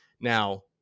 Now